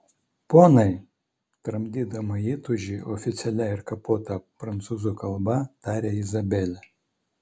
ponai tramdydama įtūžį oficialia ir kapota prancūzų kalba tarė izabelė